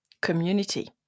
community